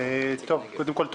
קודם כול,